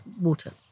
water